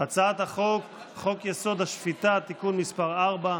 הצעת חוק-יסוד: השפיטה (תיקון מס' 4)